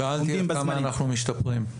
שאלתי עד כמה אנחנו לומדים ומשתפרים.